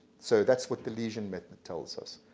so that's what the lesion method tells us.